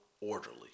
orderly